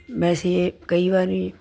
ਵੈਸੇ ਕਈ ਵਾਰੀ